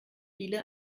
viele